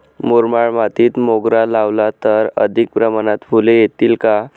मुरमाड मातीत मोगरा लावला तर अधिक प्रमाणात फूले येतील का?